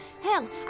Hell